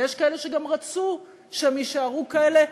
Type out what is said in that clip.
ויש כאלה שגם רצו שהם יישארו כאלה,